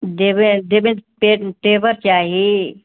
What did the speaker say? देबे देबे चाही